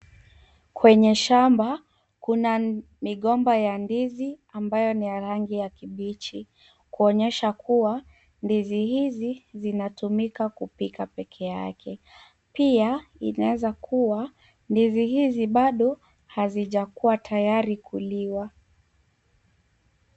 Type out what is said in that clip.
Kwenye shamba kuna migomba ya ndizi ambayo ni ya rangi ya kibichi kuonyesha kuwa ndizi hizi zinatumika kupika pekee yake. Pia, inaweza kuwa ndizi hizi baado hazijakuwa tayari kuliwa.